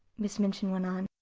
miss minchin went on.